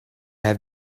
have